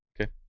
okay